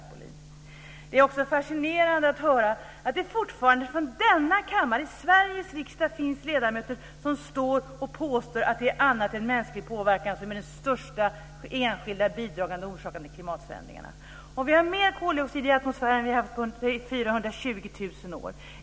Det är också fascinerande att höra att det fortfarande i denna kammare, i Sveriges riksdag, finns ledamöter som påstår att det är annat än mänsklig påverkan som är den största enskilda bidragande orsaken till klimatförändringarna. Vi har mer koldioxid i atmosfären än vi har haft på 420 000 år.